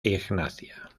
ignacia